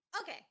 Okay